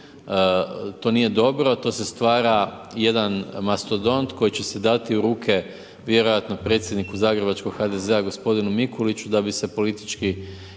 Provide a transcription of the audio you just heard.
to nije dobro, to se stvara jedan mastodont koji će se dati u ruke vjerojatno predsjedniku zagrebačkog HDZ-a gospodinu Mikuliću da bi se politički istrgovalo,